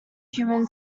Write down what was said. human